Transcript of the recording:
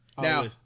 Now